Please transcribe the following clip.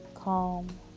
Calm